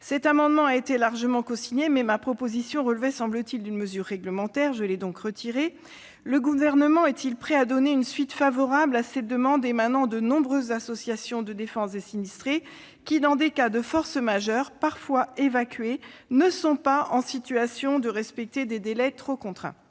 Cet amendement a été largement cosigné, mais ma proposition relevait, semble-t-il, d'une mesure réglementaire ; je l'ai donc retiré. Le Gouvernement est-il prêt à donner une suite favorable à cette demande émanant de nombreuses associations de défense des sinistrés ... Bien sûr !... qui, dans certains cas de force majeure- ils sont parfois évacués -, n'ont pas la possibilité de respecter des délais trop contraints ?